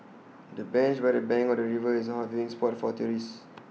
the bench by the bank of the river is A hot viewing spot for tourists